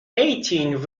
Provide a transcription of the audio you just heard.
eighteen